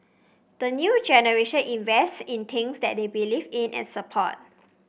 the new generation invests in things that they believe in and support